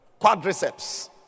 Quadriceps